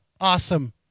Awesome